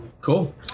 Cool